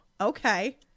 Okay